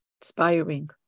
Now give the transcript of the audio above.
inspiring